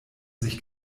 sich